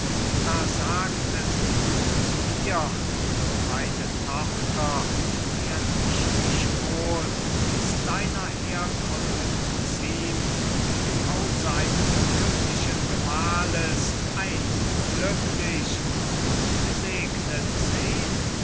da sagtest du zu mir o meine tochter werd ich dich wohl wie's deiner herkunft ziemt im hause eines glücklichen gemahles einst glücklich und gesegnet sehn